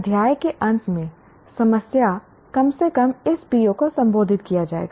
अध्याय के अंत में समस्या कम से कम इस PO को संबोधित किया जाएगा